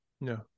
no